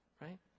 right